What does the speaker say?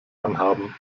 anhaben